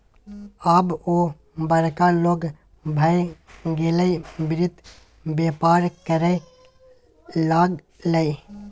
आब ओ बड़का लोग भए गेलै वित्त बेपार करय लागलै